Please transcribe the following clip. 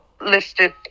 listed